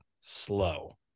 slow